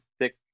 thick